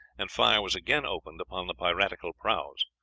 and fire was again opened upon the piratical prahus,